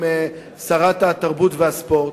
עם שרת התרבות והספורט,